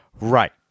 Right